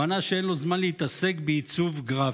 הוא ענה שאין לו זמן להתעסק בעיצוב גרפי.